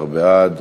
11 בעד,